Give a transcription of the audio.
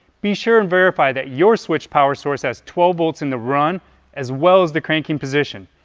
be sure and verify that your switch power source has twelve volts in the run as well as the cranking position.